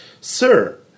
Sir